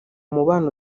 mubano